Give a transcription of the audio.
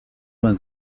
vingt